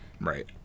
Right